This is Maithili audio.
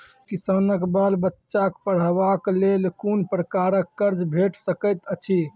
किसानक बाल बच्चाक पढ़वाक लेल कून प्रकारक कर्ज भेट सकैत अछि?